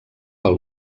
pel